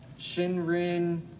Shinrin